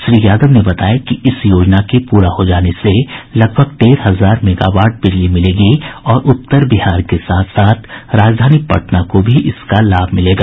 श्री यादव ने बताया कि इस योजना के पूरा हो जाने से लगभग डेढ़ हजार मेगावाट बिजली मिलेगी और उत्तर बिहार के साथ साथ राजधानी पटना को भी इसका लाभ मिलेगा